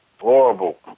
Horrible